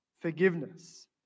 forgiveness